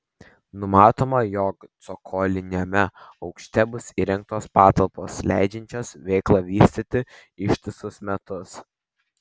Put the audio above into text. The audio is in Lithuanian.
numatoma jog cokoliniame aukšte bus įrengtos patalpos leidžiančios veiklą vystyti ištisus metus